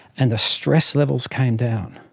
and the stress levels came down.